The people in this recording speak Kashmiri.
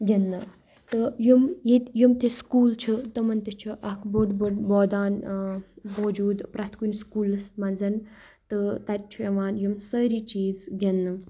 گِنٛدنہٕ تہٕ یِم ییٚتہِ یِم تہِ سکوٗل چھ تِمَن تہِ چھُ اَکھ بوٚڑ بٔڑ مٲدان موجوٗد پرٛٮ۪تھ کُنہِ سکوٗلَس منٛز تہٕ تَتہِ چھُ یِوان یِم سٲری چیٖز گِنٛدنہٕ